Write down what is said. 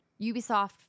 Ubisoft